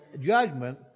judgment